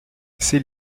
ces